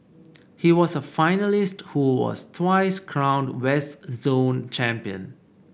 he was a finalist who was twice crowned West Zone Champion